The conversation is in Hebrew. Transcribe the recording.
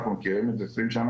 אנחנו מכירים את זה 20 שנה,